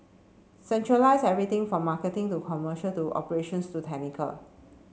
centralise everything from marketing to commercial to operations to technical